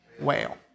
Whale